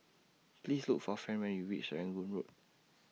Please Look For Fran when YOU REACH Serangoon Road